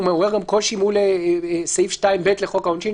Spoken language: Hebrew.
הוא מעורר גם קושי מול סעיף 2(ב) לחוק העונשין,